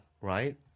right